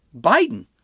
Biden